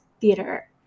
theater